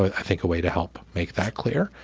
i think a way to help make that clear.